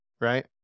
right